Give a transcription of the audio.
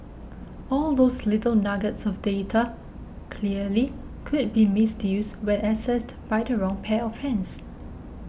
all those little nuggets of data clearly could be misused when accessed by the wrong pair of hands